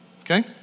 Okay